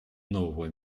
нового